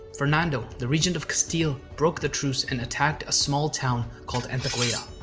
fernando, the regent of castile broke the truce and attacked a small town called antequera.